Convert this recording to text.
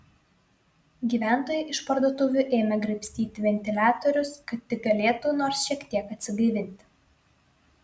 gyventojai iš parduotuvių ėmė graibstyti ventiliatorius kad tik galėtų nors šiek tiek atsigaivinti